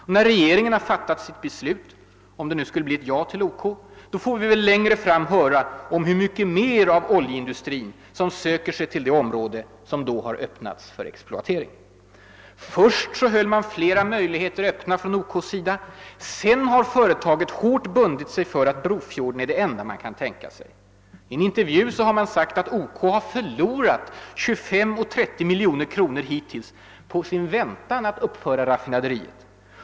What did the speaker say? Och när regeringen har fattat sitt beslut — om det nu skulle bli ett ja till OK — får vi väl längre fram höra om hur mycket mer av oljeindustrin som söker sig till det område som då har öppnats för exploatering. Först höll man flera möjligheter öppna från OK:s sida. Sedan har företaget hårt bundit sig för att Brofjorden är det enda man kan tänka sig. I en intervju har man sagt att OK har förlorat 25— 30 miljoner kronor hittills på sin väntan att uppföra raffinaderiet.